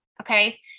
okay